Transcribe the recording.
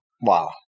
Wow